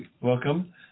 welcome